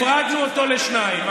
הפרדנו אותו לשניים.